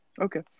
Okay